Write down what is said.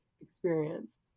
experience